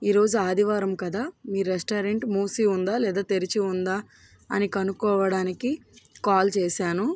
ఈరోజు ఆదివారం కదా మీ రెస్టారెంట్ మూసి ఉందా లేదా తెరిచి ఉందా అని కనుక్కోవడానికి కాల్ చేశాను